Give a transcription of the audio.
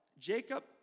Jacob